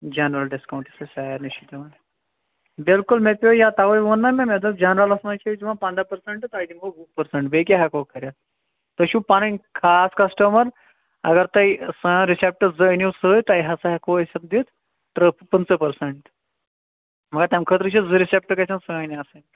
general discount یُس أسۍ سارنی چھِ دِوان بِلکُل مےٚ پیو یاد تَوے وۄن نا مے مےٚ دوٛپ جنٛرلس منٛز چھِ أس دِوان پَنٛداہ پٔرسنٹ تۄہہِ دِمو وُہ پٔرسنٹ بیٚیہِ کیاہ ہیٚکو کٔرتھ تُہۍ چھُو پَنٕنۍ خاص کسٹَمر اگر تۄہہِ سٲنۍ رِسیٚپٹ زٕ أنو سۭتۍ تۄہہِ ہسا ہیٚکو أسۍ اتھ دِتھ ترٕٛہ پٕنٛژہ پٔرسنٹ مگر تمہِ خٲطرٕ چھِ زٕ رِسیٚپٹ گَژھن سٲنۍ آسٕنۍ